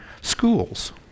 schools